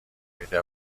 میده